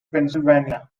pennsylvania